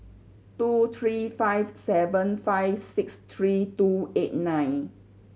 two three five seven five six three two eight nine